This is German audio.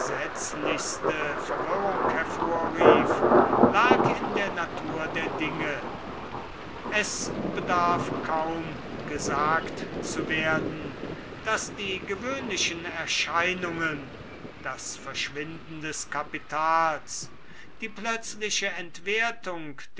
entsetzlichste verwirrung hervorrief lag in der natur der dinge es bedarf kaum gesagt zu werden daß die gewöhnlichen erscheinungen das verschwinden des kapitals die plötzliche entwertung